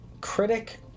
critic